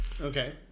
okay